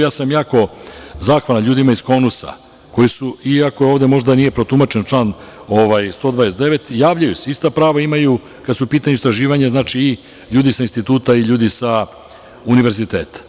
Ja sam jako zahvalan ljudima iz Honusa, koji su, iako ovde možda nije protumačen član 129, javljaju se, ista prava imaju kada su u pitanju istraživanja, znači ljudi sa instituta i ljudi sa univerziteta.